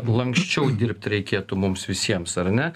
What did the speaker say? lanksčiau dirbt reikėtų mums visiems ar ne